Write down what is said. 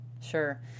Sure